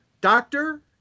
Doctor